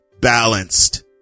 balanced